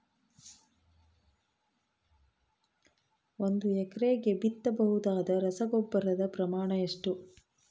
ಒಂದು ಎಕರೆಗೆ ಬಿತ್ತಬಹುದಾದ ರಸಗೊಬ್ಬರದ ಪ್ರಮಾಣ ಎಷ್ಟು?